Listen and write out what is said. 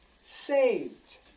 saved